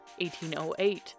1808